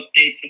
updates